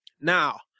Now